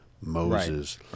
Moses